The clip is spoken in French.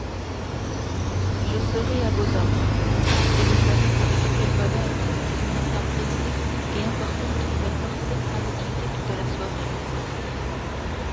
je serais à vos ordres et vous savez avec quel bonheur si une affaire pressée et importante ne me forçait à vous quitter toute la soirée